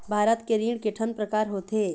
भारत के ऋण के ठन प्रकार होथे?